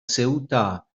ceuta